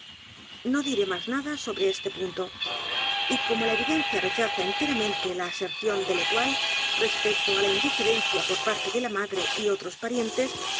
no diré más nada sobre este punto y como la evidencia rechaza enteramente la aserción de l'etoile respecto á la indiferencia por parte de la madre y otros parientes